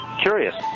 curious